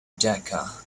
decca